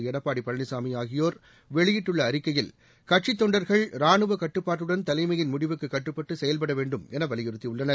எடப்பாடி பழனிசாமி ஆகியோர் வெளியிட்டுள்ள அறிக்கையில் கட்சித் தொண்டர்கள் ராணுவ கட்டுப்பாட்டுடன் தலைமையின் முடிவுக்கு கட்டுப்பட்டு செயல்பட வேண்டும் என வலியுறுத்தியுள்ளனர்